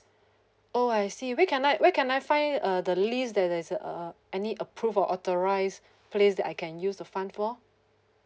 oh I see where can I where can I find uh the list that is uh any approved or authorised place that I can use the fund for